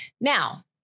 Now